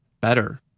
better